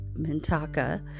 Mintaka